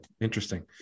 interesting